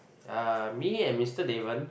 uh me and Mister Daven